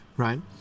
Right